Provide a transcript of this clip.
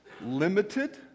limited